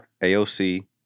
AOC